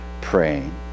praying